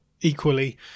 equally